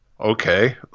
Okay